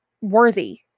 worthy